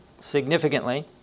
significantly